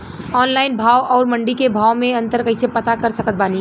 Online भाव आउर मंडी के भाव मे अंतर कैसे पता कर सकत बानी?